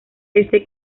este